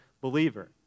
believer